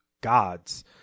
gods